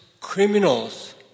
criminals